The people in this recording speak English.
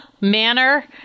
manner